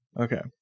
Okay